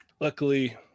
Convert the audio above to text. luckily